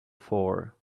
four